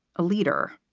a leader.